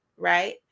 Right